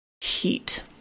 heat